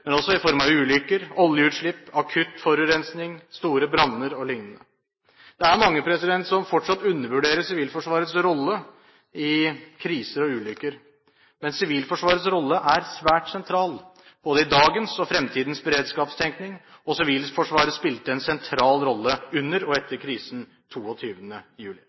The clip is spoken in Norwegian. også i form av ulykker, oljeutslipp, akutt forurensning, store branner o.l. Det er mange som fortsatt undervurderer Sivilforsvarets rolle i kriser og ulykker. Men Sivilforsvarets rolle er svært sentral både i dagens og fremtidens beredskapstenkning, og Sivilforsvaret spilte en sentral rolle under og etter krisen 22. juli.